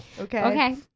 Okay